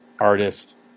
artist